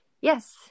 Yes